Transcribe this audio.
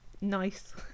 nice